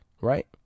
Right